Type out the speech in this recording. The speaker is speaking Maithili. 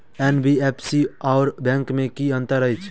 एन.बी.एफ.सी आओर बैंक मे की अंतर अछि?